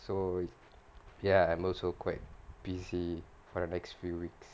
so with ya I'm also quite busy for the next few weeks